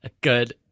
Good